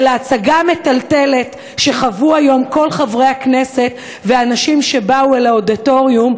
אל ההצגה המטלטלת שחוו היום כל חברי הכנסת ואנשים שבאו אל האודיטוריום,